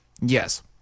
Yes